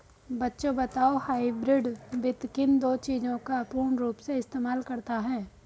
बच्चों बताओ हाइब्रिड वित्त किन दो चीजों का पूर्ण रूप से इस्तेमाल करता है?